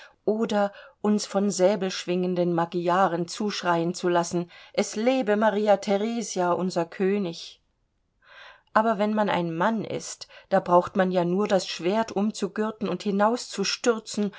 oder uns von säbelschwingenden magyaren zuschreien zu lassen es lebe maria theresia unser könig aber wenn man ein mann ist da braucht man ja nur das schwert umzugürten und hinauszustürzen